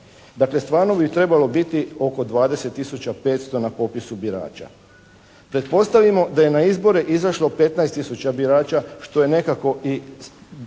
Dakle, stvarno bi trebalo biti oko 20 tisuća 500 na popisu birača. Pretpostavimo da je na izbore izašlo 15 tisuća birača što je nekako se